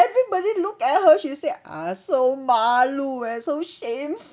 everybody looked at her she said ah so malu eh so shameful